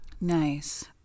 Nice